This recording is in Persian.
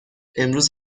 امروز